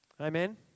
Amen